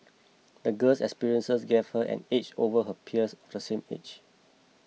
the girl's experiences gave her an edge over her peers of the same age